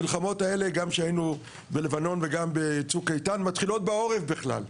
המלחמות האלה שהיינו בלבנון וגם בצוק איתן מתחילות בעורף בכלל.